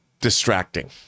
distracting